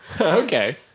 Okay